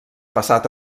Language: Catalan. passat